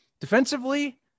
defensively